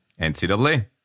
NCAA